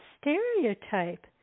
stereotype